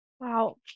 wow